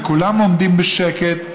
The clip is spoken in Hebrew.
וכולם עומדים בשקט,